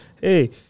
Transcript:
Hey